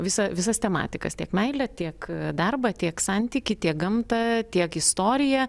visą visas tematikas tiek meilę tiek darbą tiek santykį tiek gamtą tiek istoriją